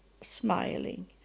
smiling